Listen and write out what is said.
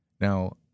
Now